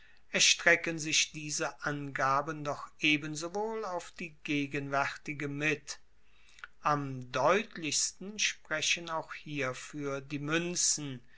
erstrecken sich diese angaben doch ebensowohl auf die gegenwaertige mit am deutlichsten sprechen auch hierfuer die muenzen